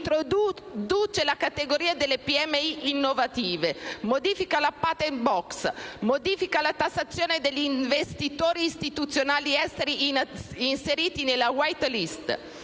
introduce la categoria delle PMI innovative; modifica la *patent box*; modifica la tassazione degli investitori istituzionali esteri inseriti nella *white list*;